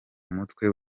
umutwe